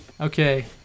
Okay